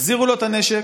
תחזירו לו את הנשק,